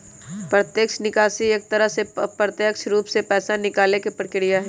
प्रत्यक्ष निकासी एक तरह से प्रत्यक्ष रूप से पैसा निकाले के प्रक्रिया हई